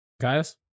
Guys